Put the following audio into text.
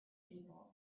people